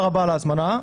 תודה רבה על ההזמנה.